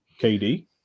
KD